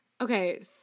Okay